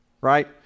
right